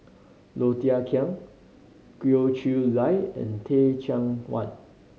Low Thia Khiang Goh Chiew Lye and Teh Cheang Wan